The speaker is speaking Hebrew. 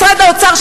משרד האוצר,